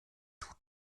tut